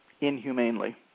inhumanely